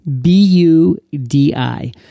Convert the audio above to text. B-U-D-I